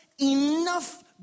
enough